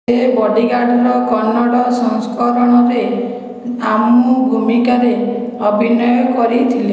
ସେ ବଡ଼ିଗାର୍ଡ଼ର କନ୍ନଡ଼ ସଂସ୍କରଣରେ ଆମ୍ମୁ ଭୂମିକାରେ ଅଭିନୟ କରିଥିଲେ